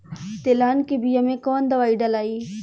तेलहन के बिया मे कवन दवाई डलाई?